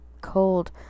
cold